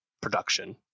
production